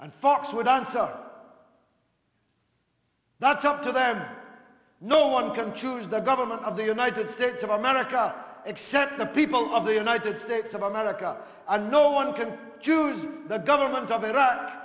folks would answer that's up to them no one can choose the government of the united states of america except the people of the united states of america and no one can choose the government of ira